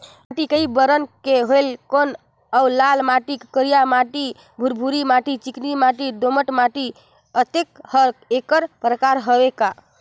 माटी कये बरन के होयल कौन अउ लाल माटी, करिया माटी, भुरभुरी माटी, चिकनी माटी, दोमट माटी, अतेक हर एकर प्रकार हवे का?